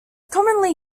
commonly